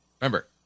Remember